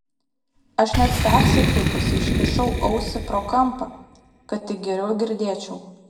aš net persikreipusi iškišau ausį pro kampą kad tik geriau girdėčiau